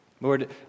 Lord